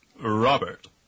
Robert